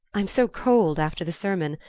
i'm so cold after the sermon.